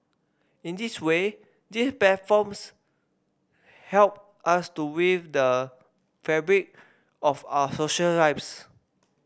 in this way these platforms help us to weave the fabric of our social lives